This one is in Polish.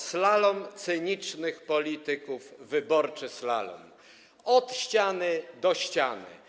Slalom cynicznych polityków, wyborczy slalom, od ściany do ściany.